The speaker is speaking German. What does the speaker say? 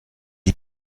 die